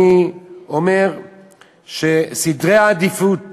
אני אומר שסדרי העדיפות